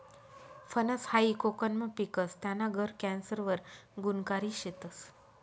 फनस हायी कोकनमा पिकस, त्याना गर कॅन्सर वर गुनकारी शेतस